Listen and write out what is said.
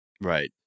Right